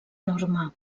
norma